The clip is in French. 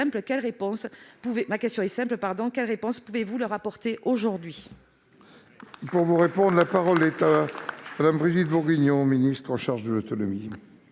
ma question est simple : quelle réponse pouvez-vous leur apporter ?